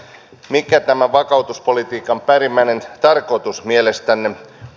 mikä tämän vakautuspolitiikan päällimmäinen tarkoitus mielestänne on